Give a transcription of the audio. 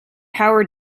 power